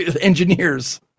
engineers